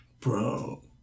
bro